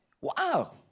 Wow